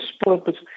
purpose